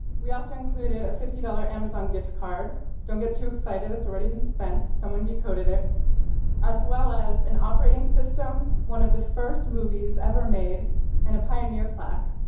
we also included a fifty dollars amazon gift card don't get too excited, it's already been spent, someone decoded it as well as an operating system, one of the first movies ever made and a pioneer plaque.